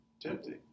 tempting